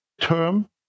term